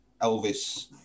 elvis